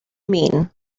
mean